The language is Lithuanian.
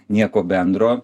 nieko bendro